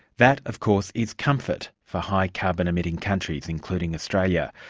that of course is comfort for high carbon emitting countries, including australia.